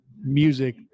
music